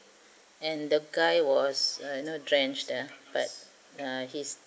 and the guy was uh you know drenched ah but uh he's